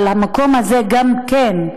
אבל המקום הזה גם כן,